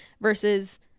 versus